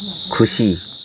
खुसी